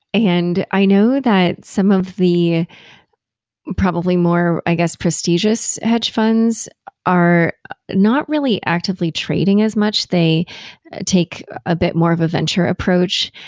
and i know that some of the probably more, i guess, prestigious hedge funds are not really actively trading as much. they take a bit more of a venture approach.